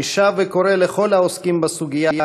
אני שב וקורא לכל העוסקים בסוגיה,